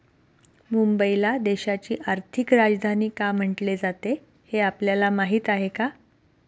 मुंबईला देशाची आर्थिक राजधानी का म्हटले जाते, हे आपल्याला माहीत आहे का?